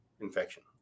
infection